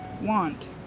want